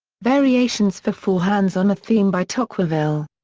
variations for four hands on a theme by tocqueville.